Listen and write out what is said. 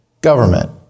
government